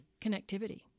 connectivity